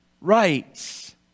rights